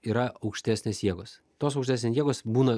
yra aukštesnės jėgos tos aukštesnės jėgos būna